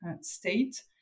state